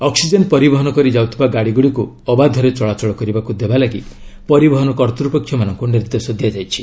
oxygen ପରିବହନ କରି ଯାଉଥିବା ଗାଡ଼ି ଗୁଡ଼ିକୁ ଅବାଧରେ ଚଳାଚଳ କରିବାକୁ ଦେବା ଲାଗି ପରିବହନ କର୍ତ୍ତପକ୍ଷମାନଙ୍କୁ ନିର୍ଦ୍ଦେଶ ଦିଆଯାଇଛି